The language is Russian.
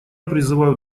призываю